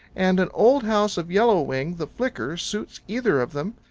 and an old house of yellow wing the flicker suits either of them.